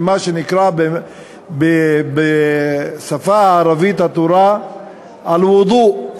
למה שנקרא בשפה הערבית הטהורה אל-ודוא.